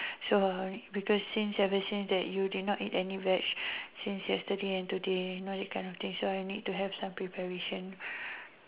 so because since ever since you never eat any veggie since today and yesterday so I need some preparation